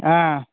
ꯑꯥ